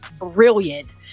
brilliant